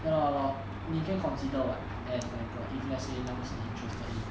ya lah ya lor 你可以 consider lah as an anchor if let's say 那个是你 interested in